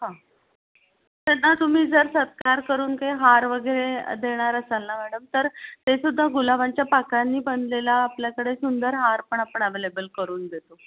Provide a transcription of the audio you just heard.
हां त्यांना तुम्ही जर सत्कार करून काही हार वगैरे देणार असाल ना मॅडम तर तेसुद्धा गुलाबांच्या पाकळ्यांनी बनलेला आपल्याकडे सुंदर हार पण आपण अवेलेबल करून देतो